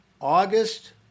August